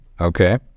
Okay